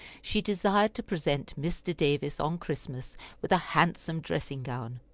she desired to present mr. davis on christmas with a handsome dressing-gown.